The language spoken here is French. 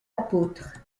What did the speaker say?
apôtres